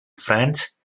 france